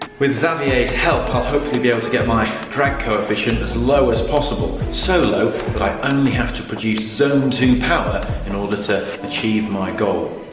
with xavier's help, i'll hopefully be able to get my drag coefficient as low as possible. so low that i only have to produce zone two power in order to achieve my goal.